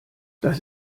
das